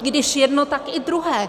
Když jedno, tak i druhé.